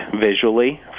visually